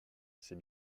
c’est